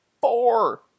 four